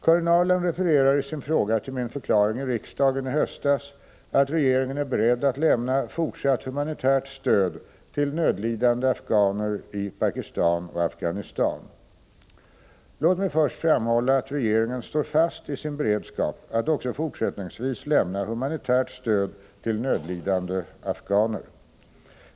Karin Ahrland refererar i sin fråga till min förklaring i riksdagen i höstas att regeringen är beredd att lämna fortsatt humanitärt stöd till nödlidande afghaner i Pakistan och Afghanistan. Låt mig först framhålla att regeringen står fast vid sin beredskap att också fortsättningsvis lämna humanitärt stöd till nödlidande afghaner.